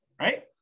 right